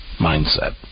mindset